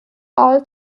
all